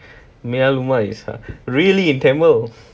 மெய்யாலும:meiyaaluma really in tamil